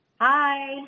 Hi